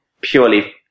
purely